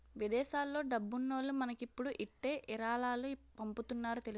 విదేశాల్లో డబ్బున్నోల్లు మనకిప్పుడు ఇట్టే ఇరాలాలు పంపుతున్నారు తెలుసా